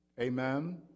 Amen